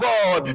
God